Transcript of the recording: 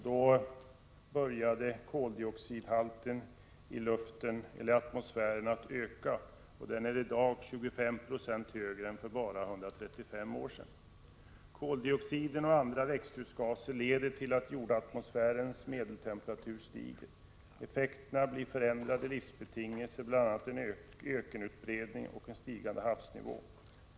Då började koldioxidhalten i atmosfären att öka, och i dag är den 25 90 högre än för bara 135 år sedan. Koldioxiden och andra växthusgaser leder till att jordatmosfärens medeltemperatur stiger. Effekterna blir förändrade livsbetingelser, bl.a. en ökenutbredning och en stigande havsnivå.